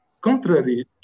contrary